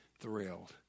thrilled